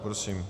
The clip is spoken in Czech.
Prosím.